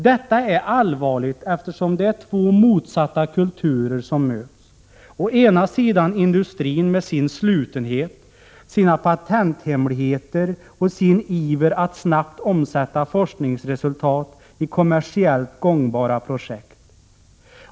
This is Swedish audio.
Detta är allvarligt eftersom det är två motsatta kulturer som möts: Å ena sidan industrin med sin slutenhet, sina patenthemligheter och sin iver att snabbt omsätta forskningsresultat i kommersiellt gångbara projekt.